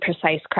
precise